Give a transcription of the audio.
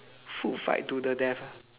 food fight to the death ah